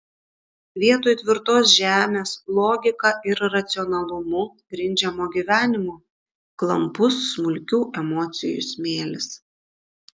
vietoj tvirtos žemės logika ir racionalumu grindžiamo gyvenimo klampus smulkių emocijų smėlis